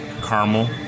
caramel